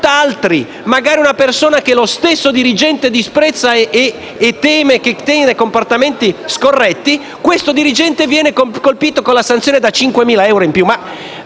magari una persona che lo stesso dirigente disprezza e che teme tenga comportamenti scorretti, il dirigente viene colpito con la sanzione da 5.000 euro in su.